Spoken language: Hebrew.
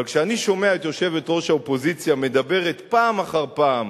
אבל כשאני שומע את יושבת-ראש האופוזיציה מדברת פעם אחר פעם